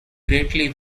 greatly